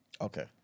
Okay